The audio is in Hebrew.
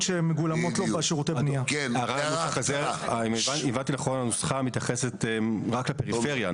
--- הנוסחה מתייחסת רק לפריפריה,